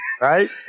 Right